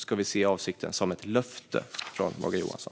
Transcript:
Ska vi se avsiktsförklaringen som ett löfte från Morgan Johansson?